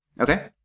Okay